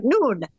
noon